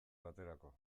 baterako